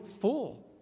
full